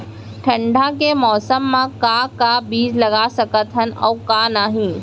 ठंडा के मौसम मा का का बीज लगा सकत हन अऊ का नही?